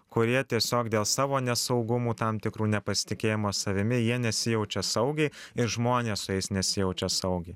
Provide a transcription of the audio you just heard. kurie tiesiog dėl savo nesaugumų tam tikrų nepasitikėjimo savimi jie nesijaučia saugiai ir žmonės su jais nesijaučia saugiai